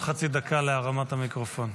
תקבל עוד חצי דקה להרמת המיקרופון.